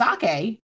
sake